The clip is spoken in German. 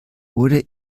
wurde